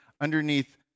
underneath